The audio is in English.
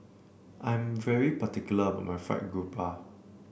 I'm very particular about my Fried Garoupa